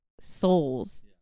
souls